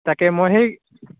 তাকে মই সেই